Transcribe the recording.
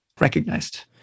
recognized